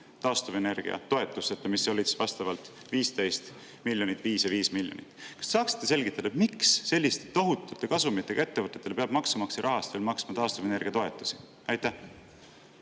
taastuvenergiatoetuseta, mis olid vastavalt 15 miljonit, 5 ja 5 miljonit. Kas te saaksite selgitada, miks selliste tohutute kasumitega ettevõtetele peab maksumaksja rahast veel maksma taastuvenergia toetusi? Suur